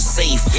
safe